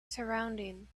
surrounding